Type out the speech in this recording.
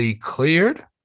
cleared